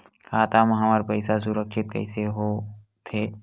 खाता मा हमर पईसा सुरक्षित कइसे हो थे?